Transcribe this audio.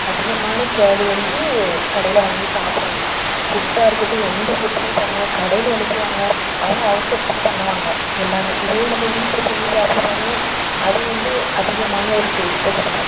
அதிகமான கேடு வந்து கடையில் வாங்கி சாப்பிட்றது ஃபுட்டாக இருக்கட்டும் எந்த ஃபுட்டுமே பாருங்க கடையில் என்ன செய்வாங்க அவங்க அவசரத்துக்கு பண்ணுவாங்க எல்லாமே இதே நம்ம வீட்டில் செஞ்சு சாப்பிட்டு பாருங்க அது வந்து அதிகமான ஒரு டேஸ்ட்டை கொடுக்கும்